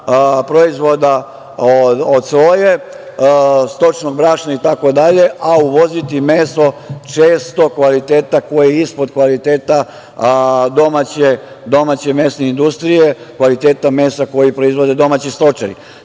proizvoda od soje, stočnog brašna itd, a uvoziti meso često kvaliteta koje je ispod kvaliteta domaće mesne industrije, kvaliteta mesa koji proizvode domaći stočari. Zato